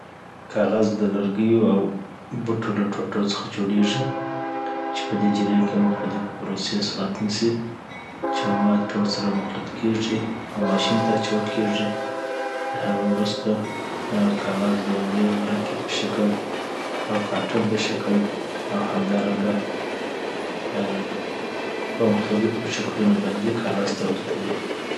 کاغذ دلرګیو او بوټو له ټوټو څخه جوړیږی چی پدی جریان کي مختلفې پروسې صورت نيسې چي مواد ټول سره مخلوت کیږی او ماشين ته اچول کیږي ترهغه وروسته آ کاغذ د وړې ورقې په شکل او کارټن په شکل او همدارنګه د آ په مختلیفو شکلو باندي کاغذ توليدوي